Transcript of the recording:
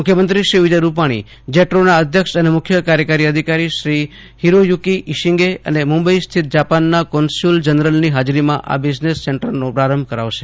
મુખ્યમંત્રી શ્રી વિજય રૂપાજી જેટ્રોના અધ્યક્ષ અને મુખ્ય કાર્યકારી અધિકારી શ્રી હિરોયુકી ઈશીંગે અને મુંબઈ સ્થિત જાપાનના કોન્સ્યુલ જનરલની હાજરીમાં આ બિઝનેસ સેન્ટરનો પ્રારંભ કરાવશે